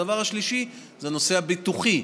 הדבר השלישי זה הנושא הביטוחי.